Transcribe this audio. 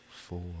four